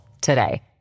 today